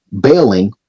bailing